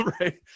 Right